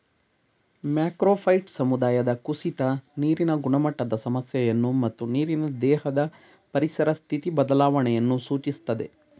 macrophyte ಸಮುದಾಯದ ಕುಸಿತ ನೀರಿನ ಗುಣಮಟ್ಟದ ಸಮಸ್ಯೆಯನ್ನು ಮತ್ತು ನೀರಿನ ದೇಹದ ಪರಿಸರ ಸ್ಥಿತಿ ಬದಲಾವಣೆಯನ್ನು ಸೂಚಿಸ್ತದೆ